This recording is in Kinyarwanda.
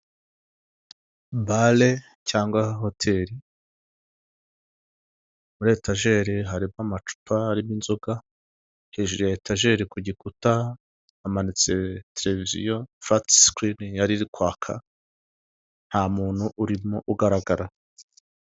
Bale cyangwa hoteli muri etageri harimo amacupa arimo inzoga, hejuru ya etageri ku gikuta hamanitse televiziyo yariri kwaka nta muntu urimo ugaragara.